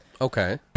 okay